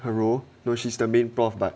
her roll no she's the main prof but